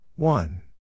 One